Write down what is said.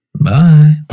Bye